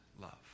love